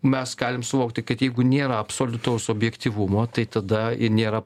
mes galim suvokti kad jeigu nėra absoliutaus objektyvumo tai tada į nėra